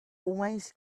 always